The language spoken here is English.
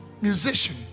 musician